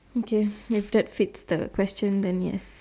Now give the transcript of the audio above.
okay if that fixed the question then ya